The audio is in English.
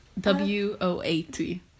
W-O-A-T